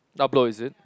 upload is it